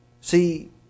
See